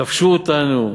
כבשו אותנו,